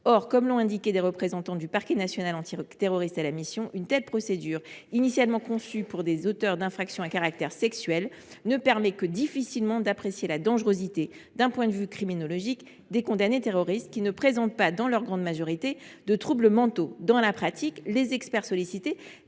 Or, comme l’ont indiqué les représentants du parquet national antiterroriste à la mission, une telle procédure, initialement conçue pour des auteurs d’infractions à caractère sexuel, ne permet que difficilement d’apprécier la dangerosité, d’un point de vue criminologique, des condamnés terroristes, qui ne présentent pas, dans leur grande majorité, de troubles mentaux. Dans la pratique, les experts sollicités